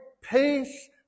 peace